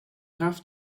have